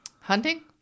Hunting